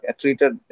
treated